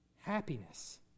happiness